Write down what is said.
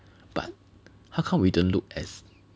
but how come we didn't look as